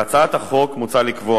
בהצעת החוק מוצע לקבוע